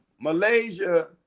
Malaysia